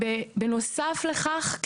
בנוסף לכך,